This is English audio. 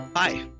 Hi